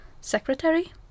secretary